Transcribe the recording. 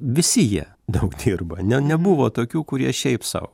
visi jie daug dirba ne nebuvo tokių kurie šiaip sau